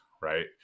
right